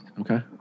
Okay